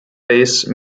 base